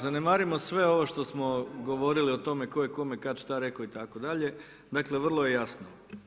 Zanemarimo sve ovo što smo govorili o tome tko je kome kad šta rekao itd., dakle vrlo je jasno.